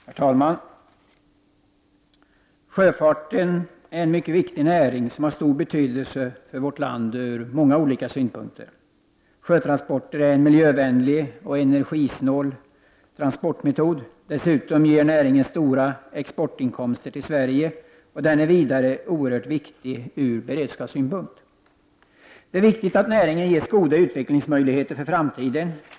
Herr talman! Sjöfarten är en mycket viktig näring, som har stor betydelse för vårt land ur många olika synpunkter. Sjötransporter är en miljövänlig och energisnål transportmetod. Dessutom ger näringen stora exportinkomster till Sverige, och den är vidare oerhört viktig ur beredskapssynpunkt. Det är viktigt att näringen ges goda utvecklingsmöjligheter för framtiden.